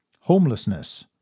homelessness